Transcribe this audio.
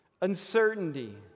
uncertainty